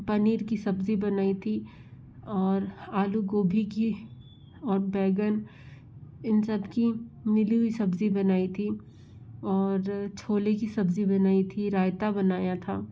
पनीर की सब्ज़ी बनाई थी और आलू गोभी की और बैगन इन सबकी मिली हुई सब्ज़ी बनाई थी और छोले की सब्ज़ी बनाई थी रायता बनाया था